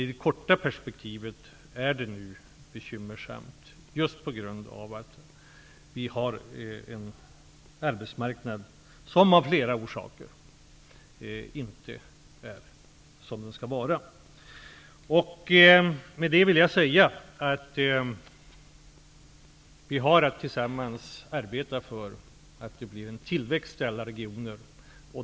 I det korta perspektivet är det bekymmersamt just på grund av att vi har en arbetsmarknad som inte är som den skall vara av flera orsaker. Vi har att tillsammans arbeta för att det blir en tillväxt i alla regioner.